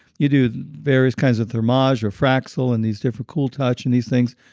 you do various kinds of thermage or fraxel and these different cool touch and these things,